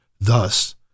Thus